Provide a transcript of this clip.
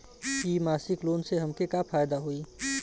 इ मासिक लोन से हमके का फायदा होई?